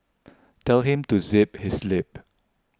tell him to zip his lip